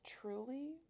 truly